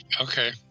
Okay